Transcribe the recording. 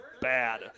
bad